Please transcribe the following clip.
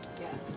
Yes